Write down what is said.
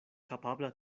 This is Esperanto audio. kapabla